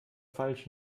falsch